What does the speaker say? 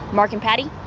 marking patty.